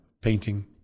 painting